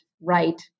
right